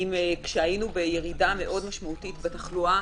כשהיינו בירידה מאוד משמעותית בתחלואה